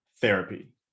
therapy